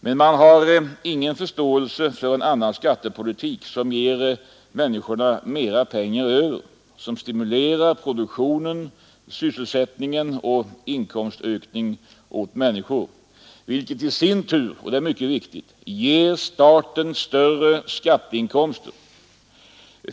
Men man har ingen förståelse för en annan skattepolitik, som ger människorna mera pengar över, som stimulerar produktionen och ger sysselsättning och inkomstökning åt människor, vilket i sin tur — och det är mycket viktigt — ger staten större statsinkomster.